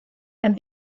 and